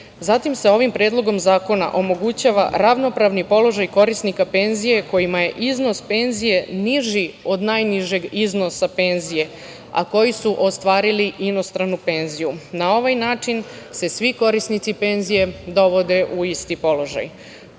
se ovim Predlogom zakona omogućava ravnopravni položaj korisnika penzije kojima je iznos penzije niži od najnižeg iznosa penzije, a koji su ostvarili inostranu penziju. Na ovaj način se svi korisnici penzije dovode u isti položaj.